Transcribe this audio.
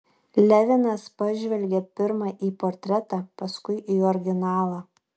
levinas pažvelgė pirma į portretą paskui į originalą